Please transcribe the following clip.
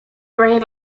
gray